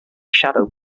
shadow